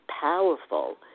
powerful